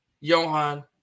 Johan